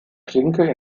klinke